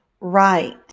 Right